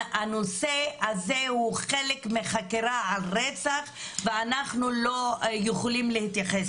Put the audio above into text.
הנושא הזה הוא חלק מחקירת הרצח ואנחנו לא יכולים להתייחס לזה.